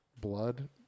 blood